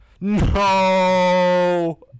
No